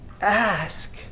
Ask